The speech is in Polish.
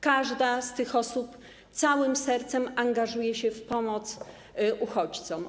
Każda z tych osób całym sercem angażuje się w pomoc uchodźcom.